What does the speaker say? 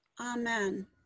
Amen